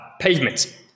pavement